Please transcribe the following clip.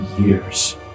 years